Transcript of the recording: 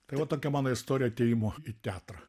tai va tokia mano istorija atėjimo į teatrą